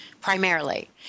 primarily